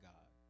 God